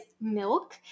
milk